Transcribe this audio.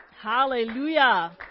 Hallelujah